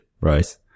right